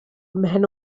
mhen